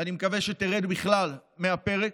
ואני מקווה שתרד בכלל מהפרק.